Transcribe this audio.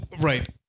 right